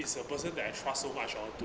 is a person that I trust so much orh